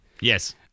Yes